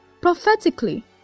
prophetically